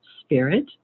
spirit